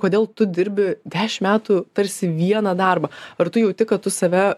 kodėl tu dirbi dešimt metų tarsi vieną darbą ar tu jauti kad tu save